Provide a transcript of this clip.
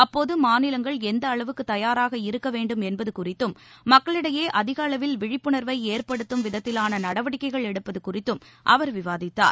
அப்போது மாநிலங்கள் எந்த அளவுக்கு தயாராக இருக்க வேண்டும் என்பது குறித்தும் மக்களிடையே அதிக அளவில் விழிப்புணர்வை ஏற்படுத்தும் விதத்திவான நடவடிக்கைகள் எடுப்பது குறித்து அவர் விவாதித்தார்